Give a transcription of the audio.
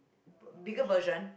bigger version